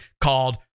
called